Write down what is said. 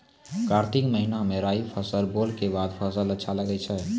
कार्तिक महीना मे राई फसल बोलऽ के बाद फसल अच्छा लगे छै